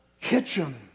kitchen